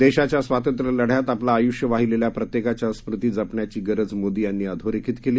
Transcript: देशाच्या स्वातंत्र्य लद्द्यात आपलं आयूष्य वाहिलेल्या प्रत्येकाच्या स्मृती जपण्याची गरज मोदी यांनी अधोरेखित केली